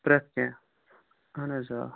پرٛتھ کیٚنٛہہ آہَن حظ آ